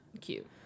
cute